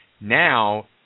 Now